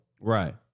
Right